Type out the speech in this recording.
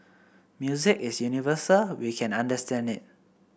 music is universal we can understand it